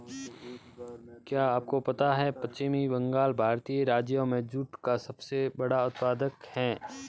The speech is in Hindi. क्या आपको पता है पश्चिम बंगाल भारतीय राज्यों में जूट का सबसे बड़ा उत्पादक है?